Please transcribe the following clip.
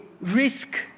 risk